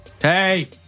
Hey